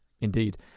indeed